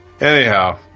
anyhow